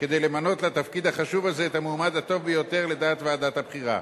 כדי למנות לתפקיד החשוב הזה את המועמד הטוב ביותר לדעת ועדת הבחירה.